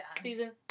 season